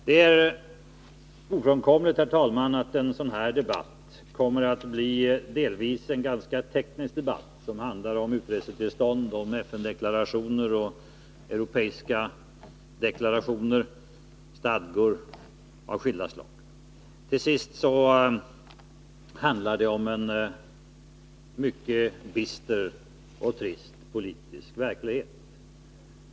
Det är ofrånkomligt, herr talman, att en sådan här debatt delvis kommer att bli ganska teknisk, och handla om utresetillstånd, FN-deklarationer, europeiska deklarationer och stadgar av skilda slag. Tills sist handlar det om en mycket bister och trist politisk verklighet.